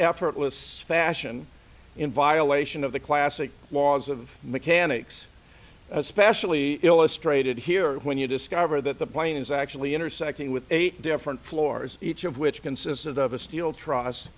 effortless fashion in violation of the classic laws of mechanics especially illustrated here when you discover that the plane is actually intersecting with eight different floors each of which consisted of a steel trus